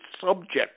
subject